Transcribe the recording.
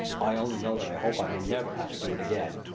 i only know that i hope i may never have to do it again.